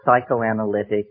psychoanalytic